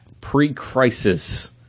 pre-crisis